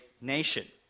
nation